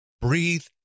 breathe